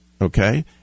okay